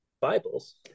Bibles